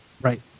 right